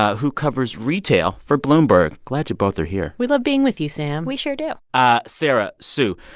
ah who covers retail for bloomberg. glad you both are here we love being with you, sam we sure do ah sarah, sue,